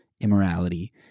immorality